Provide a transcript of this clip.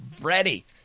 ready